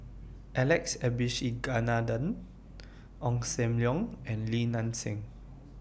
Alex Abisheganaden Ong SAM Leong and Li Nanxing